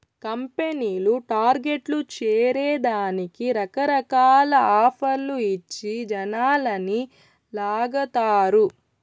కంపెనీలు టార్గెట్లు చేరే దానికి రకరకాల ఆఫర్లు ఇచ్చి జనాలని లాగతారు